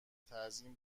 تزیین